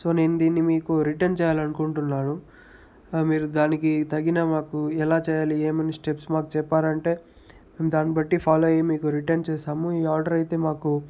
so దీనిని మీకు return చేయాలనుకుంటున్నాను మీరు దానికి తగిన మాకు ఎలా చేయాలి ఏమని స్టెప్స్ మాకు చెప్పారంటే దాని బట్టి ఫాలో అయ్యి మీకు రిటర్న్ చేస్తాము ఈ ఆర్డరైతే మాకు